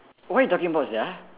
what you talking about sia